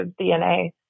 DNA